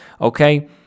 okay